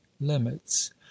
limits